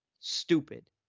Stupid